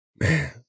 man